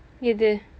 எது:ethu